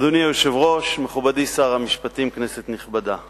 אדוני היושב-ראש, מכובדי שר המשפטים, כנסת נכבדה,